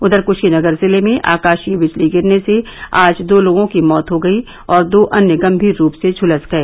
उधर कुशीनगर जिले में आकाशीय बिजली गिरने से आज दो लोगों की मौत हो गयी और दो अन्य गंभीर रूप से झुलस गए